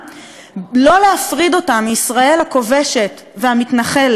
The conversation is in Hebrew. ולא להפריד אותה מישראל הכובשת והמתנחלת מחוץ